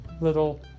little